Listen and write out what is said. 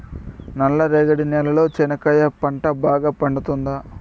నల్ల రేగడి నేలలో చెనక్కాయ పంట బాగా పండుతుందా?